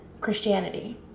christianity